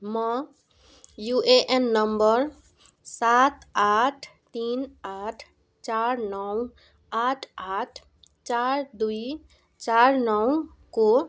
म UAN number सात आठ तिन आठ चार नौ आठ आठ चार दुई चार नौको